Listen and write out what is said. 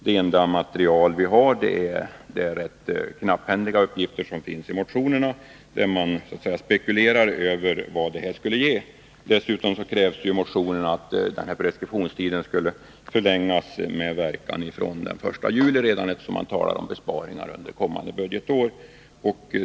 Det enda material vi har är de rätt knapphändiga uppgifter som finns i motionerna, där man spekulerar över vad det här skulle ge. Dessutom krävs i motionerna att preskriptionstiden skulle förlängas med verkan redan från den 1 juli i år, eftersom man talar om besparingar under kommande budgetår.